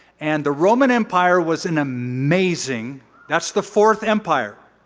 and the roman empire was an amazing that's the fourth empire.